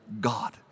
God